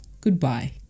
Goodbye